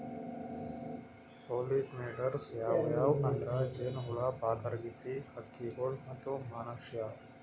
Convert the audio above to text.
pollinators ಯಾವ್ಯಾವ್ ಅಂದ್ರ ಜೇನಹುಳ, ಪಾತರಗಿತ್ತಿ, ಹಕ್ಕಿಗೊಳ್ ಮತ್ತ್ ಮನಶ್ಯಾರ್